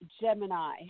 Gemini